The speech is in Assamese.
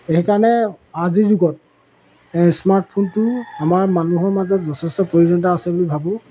সেইকাৰণে আজিৰ যুগত স্মাৰ্টফোনটো আমাৰ মানুহৰ মাজত যথেষ্ট প্ৰয়োজনীয়তা আছে বুলি ভাবোঁ